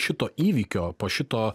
šito įvykio po šito